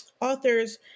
authors